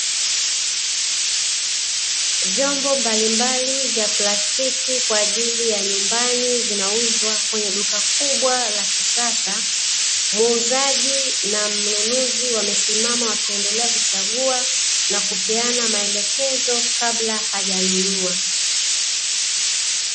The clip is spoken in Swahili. Vyombo mbalimbali vya plastiki kwaajili ya nyumbani, vinauzwa kwenye duka kubwa la kisasa, muuzaji na mnunuzi wamesimama wakiendelea kuchagua na kupeana maelekezo kabla hajanunua.